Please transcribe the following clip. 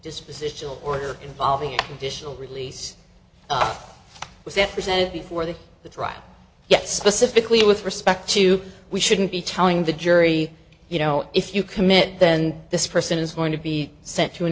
disposition order involving conditional release was if presented before the the trial yet specifically with respect to we shouldn't be telling the jury you know if you commit then this person is going to be sent to an